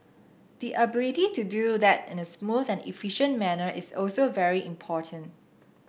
the ability to do that in a smooth and efficient manner is also very important